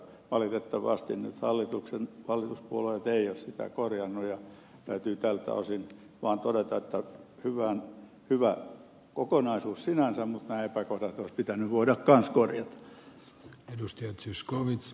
valitettavasti nyt hallituspuolueet eivät ole sitä korjanneet ja täytyy tältä osin vaan todeta että hyvä kokonaisuus sinänsä mutta nämä epäkohdat olisi pitänyt voida kanssa korjata